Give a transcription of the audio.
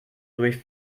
durch